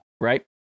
right